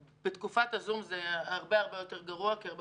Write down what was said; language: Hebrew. בתקופת הזום זה הרבה יותר גרוע כי הרבה